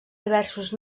diversos